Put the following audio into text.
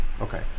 okay